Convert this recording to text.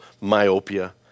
myopia